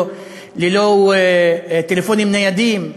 ללא טלפונים ניידים,